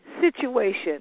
situation